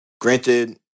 Granted